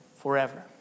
forever